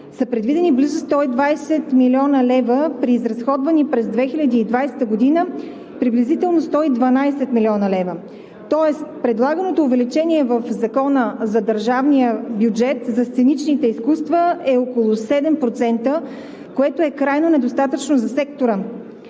са предвидени близо 120 млн. лв. при изразходвани през 2020 г. приблизително 112 млн. лв., тоест предлаганото увеличение в Закона за държавния бюджет за сценичните изкуства е около 7%, което е крайно недостатъчно за сектора.